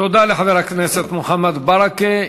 תודה לחבר הכנסת מוחמד ברכה.